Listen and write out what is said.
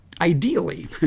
ideally